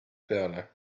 peale